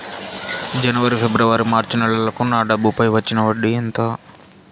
జనవరి, ఫిబ్రవరి, మార్చ్ నెలలకు నా డబ్బుపై వచ్చిన వడ్డీ ఎంత